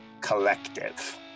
Collective